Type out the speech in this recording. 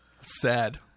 Sad